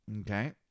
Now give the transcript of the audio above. Okay